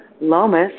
LOMAS